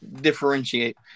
differentiate